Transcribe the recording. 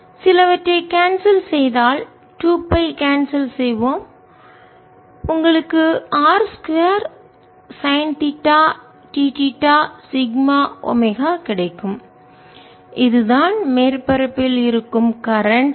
சிலவற்றை கான்செல் செய்தால் 2 pi cancel செய்வோம் உங்களுக்கு r 2 sine theta d theta sigma omega கிடைக்கும் இதுதான் மேற்பரப்பில் இருக்கும் கரண்ட்மின்னோட்டம்